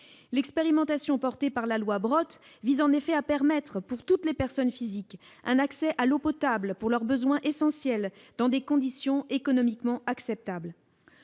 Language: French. L'expérimentation issue de la loi Brottes vise à assurer à toutes les personnes physiques un accès à l'eau potable pour leurs besoins essentiels dans des conditions économiquement acceptables.